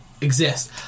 exist